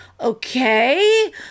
Okay